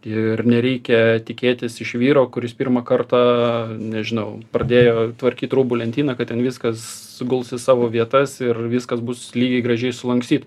ir nereikia tikėtis iš vyro kuris pirmą kartą nežinau pradėjo tvarkyt rūbų lentyną kad ten viskas suguls į savo vietas ir viskas bus lygiai gražiai sulanksty